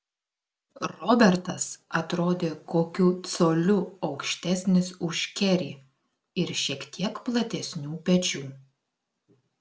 robertas atrodė kokiu coliu aukštesnis už kerį ir šiek tiek platesnių pečių